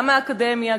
גם מהאקדמיה,